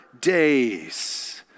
days